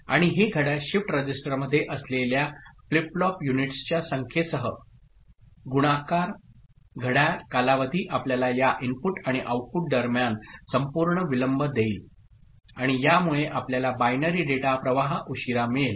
आणि हे घड्याळ शिफ्ट रजिस्टरमध्ये असलेल्या फ्लिप फ्लॉप युनिट्सच्या संख्येसह गुणाकार घड्याळ कालावधी आपल्याला या इनपुट आणि आउटपुट दरम्यान संपूर्ण विलंब देईल आणि यामुळे आपल्याला बायनरी डेटा प्रवाह उशीरा मिळेल